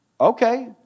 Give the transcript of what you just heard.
okay